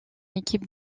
équipe